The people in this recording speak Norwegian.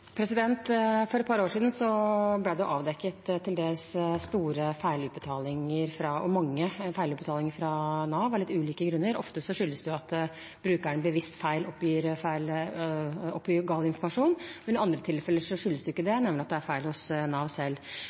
For et par år siden ble det avdekket mange og til dels store feilutbetalinger fra Nav, av litt ulike grunner. Ofte skyldes det at brukeren bevisst oppgir gal informasjon, mens det i andre tilfeller ikke skyldes det, men at det er feil hos Nav selv.